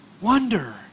Wonder